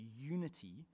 unity